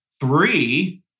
three